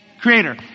creator